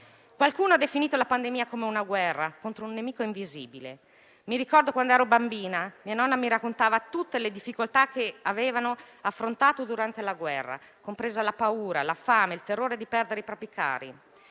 Qualcuno ha definito la pandemia come una guerra contro un nemico invisibile. Mi ricordo che quando ero bambina mia nonna mi raccontava tutte le difficoltà che aveva affrontato durante la guerra, compresa la paura, la fame e il terrore di perdere i propri cari.